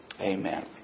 Amen